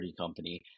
company